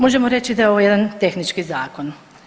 Možemo reći da je ovo jedan tehnički zakon.